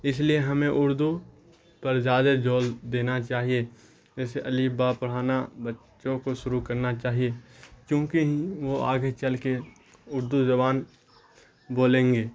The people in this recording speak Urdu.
اس لیے ہمیں اردو پر زیادہ زور دینا چاہیے جیسے الف با پڑھانا بچوں کو شروع کرنا چاہیے چونکہ ہی وہ آگے چل کے اردو زبان بولیں گے